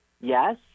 yes